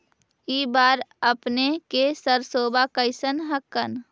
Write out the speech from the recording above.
इस बार अपने के सरसोबा कैसन हकन?